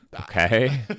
Okay